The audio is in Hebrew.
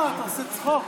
מה, אתה עושה צחוק?